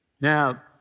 Now